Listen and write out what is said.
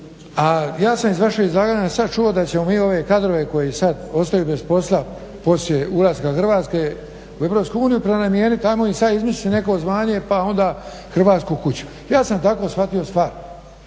a ja sam iz vašeg izlaganja sad čuo da ćemo mi ove kadrove koji sad ostaju bez posla poslije ulaska Hrvatske u EU prenamijeniti. Ajmo im sad izmisliti neko zvanje pa onda hrvatsku kuću. Ja sam tako shvatio stvar.